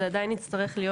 זה עדיין יצטרך להיות.